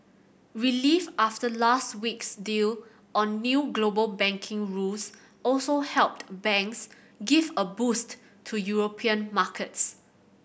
relief after last week's deal on new global banking rules also helped banks give a boost to European markets